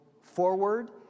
forward